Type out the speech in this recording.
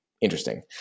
Interesting